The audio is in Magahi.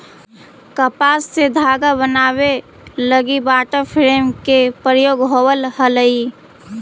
कपास से धागा बनावे लगी वाटर फ्रेम के प्रयोग होवऽ हलई